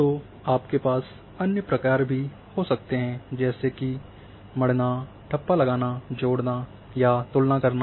तो आपके पास अन्य प्रकार्य भी हो सकते हैं जैसे कि मढ़ना ठप्पा लगाना जोड़ना या तुलना करना